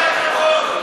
כל הכבוד.